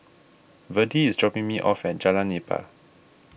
Virdie is dropping me off at Jalan Nipah